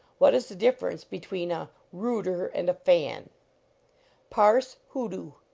what is the difference between a rooter and a fan parse hoodoo.